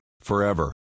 forever